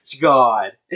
God